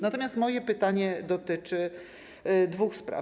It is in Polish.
Natomiast moje pytanie dotyczy dwóch spraw.